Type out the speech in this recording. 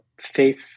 faith